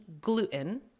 gluten